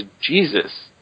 Jesus